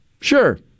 Sure